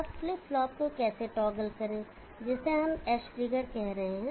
अब flip flop को कैसे टॉगल करें जिसे हम एज ट्रिगर कह रहे हैं